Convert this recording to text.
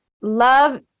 love